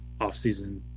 offseason